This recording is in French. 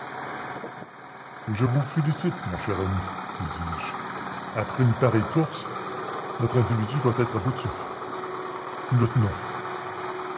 et je vous en félicite mon cher ami lui dis-je après une pareille course notre individu doit être